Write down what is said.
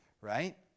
right